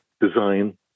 design